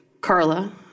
Carla